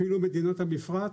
אפילו מדינות המפרץ,